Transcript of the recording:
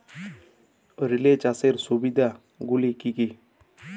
Relay চাষের সুবিধা গুলি কি কি?